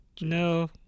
No